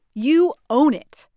you own it.